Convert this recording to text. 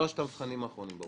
על שלושת המבחנים האחרונים.